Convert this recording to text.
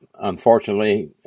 unfortunately